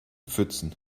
pfützen